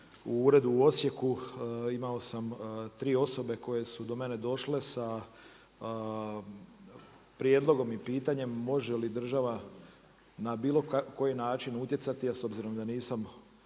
u uredu u Osijeku imao sam tri osobe koje su do mene došle sa prijedlogom i pitanjem može li država na bilo koji način utjecati, a s obzirom da nisam